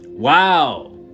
Wow